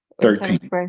Thirteen